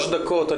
3 דקות.